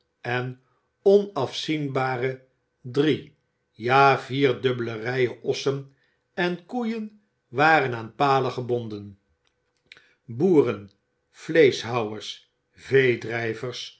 en onafzienbare drie ja vierdubbele rijen ossen en koeien waren aan palen gebonden boeren vleeschhouwers